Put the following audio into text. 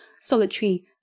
solitary